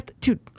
dude